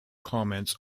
comments